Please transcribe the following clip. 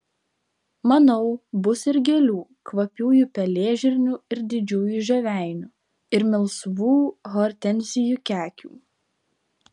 manau bus ir gėlių kvapiųjų pelėžirnių ir didžiųjų žioveinių ir melsvų hortenzijų kekių